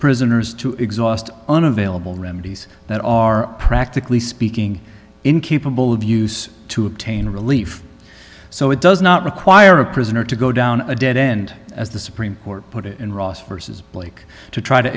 prisoners to exhaust unavailable remedies that are practically speaking incapable of use to obtain relief so it does not require a prisoner to go down a dead end as the supreme court put it in ross versus blake to try to